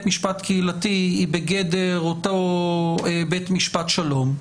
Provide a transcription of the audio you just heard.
משפט קהילתי היא בגדר אותו בית משפט שלום.